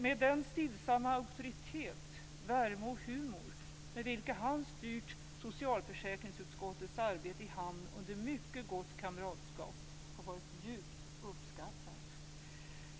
Men den stillsamma auktoritet, värme och humor, med vilken han har styrt socialförsäkringsutskottets arbete i hamn under mycket gott kamratskap, har varit djupt uppskattad.